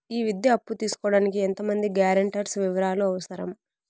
ఈ విద్యా అప్పు తీసుకోడానికి ఎంత మంది గ్యారంటర్స్ వివరాలు అవసరం?